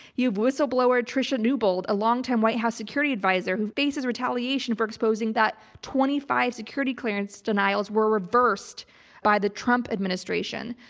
you've whistleblower trisha newbold, a longtime white house security advisor who faces retaliation for exposing that twenty five security clearance denials were reversed by the trump administration.